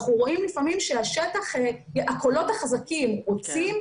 ואנחנו רואים לפעמים שהקולות החזקים רוצים,